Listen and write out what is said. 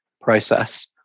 process